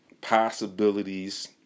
possibilities